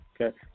Okay